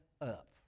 up